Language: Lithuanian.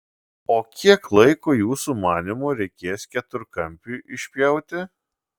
o kiek laiko jūsų manymu reikės keturkampiui išpjauti